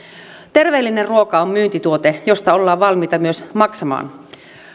terveellinen ruoka on myyntituote josta ollaan valmiita myös maksamaan